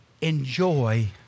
enjoy